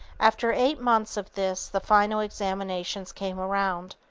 after eight months of this, the final examinations came around.